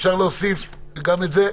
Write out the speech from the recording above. אפשר להוסיף גם את זה?